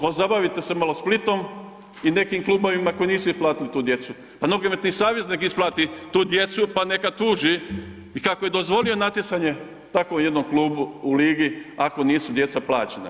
Pozabavite se malo Splitom i nekim klubovima koji nisu platiti tu djecu, pa nogometni savez nek isplati tu djecu pa neka tuži i kako je dozvolio natjecanje takvom jednom klubu u ligi ako nisu djeca plaćena.